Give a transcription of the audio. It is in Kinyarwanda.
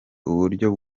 uburyo